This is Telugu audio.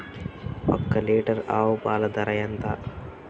ఒక్క లీటర్ ఆవు పాల ధర ఎంత?